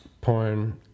Porn